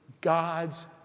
God's